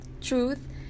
truth